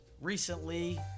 recently